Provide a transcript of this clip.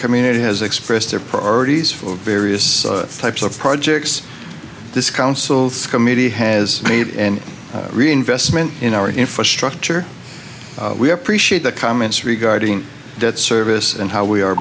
community has expressed their priorities for various types of projects this council committee has made in reinvestment in our infrastructure we appreciate the comments regarding debt service and how we are